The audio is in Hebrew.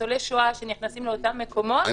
ניצולי שואה שנכנסים לאותם מקומות,